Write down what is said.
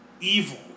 evil